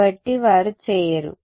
కాబట్టి వారు చేయరు